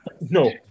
No